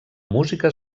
música